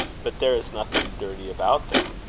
but there is nothing dirty about them,